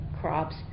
crops